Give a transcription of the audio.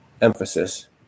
emphasis